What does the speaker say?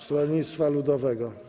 Stronnictwa Ludowego.